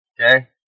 Okay